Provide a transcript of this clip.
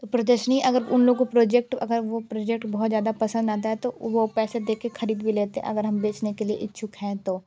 तो प्रदर्शनी अगर उन लोगों को प्रोजेक्ट अगर वो प्रोजेक्ट बहुत ज़्यादा पसंद आता है तो वो पैसे दे के ख़रीद भी लेते हैं अगर हम बेचने के लिए इच्छुक हैं तो